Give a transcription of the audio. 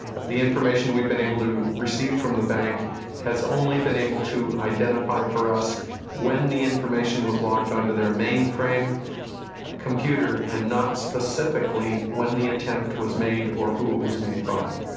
the information we've been able to receive from the bank has only been able to identify for us when the information was logged onto their mainframe computer and not specifically when the attempt was made or who it was made by.